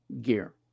gear